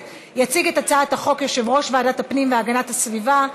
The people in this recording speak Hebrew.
חוק ומשפט לוועדה המשותפת לוועדת החוקה,